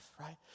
right